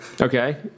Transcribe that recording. Okay